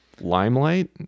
Limelight